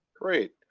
Great